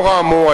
לאור האמור,